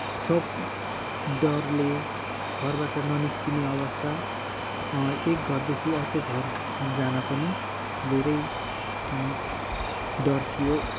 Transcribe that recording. सब डरले घरबाट ननिस्किने अवस्था एक घरदेखि अर्को घर जान पनि धेरै डर थियो